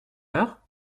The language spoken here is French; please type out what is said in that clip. heure